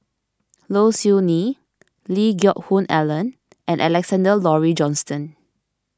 Low Siew Nghee Lee Geck Hoon Ellen and Alexander Laurie Johnston